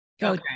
go